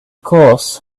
course